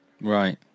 Right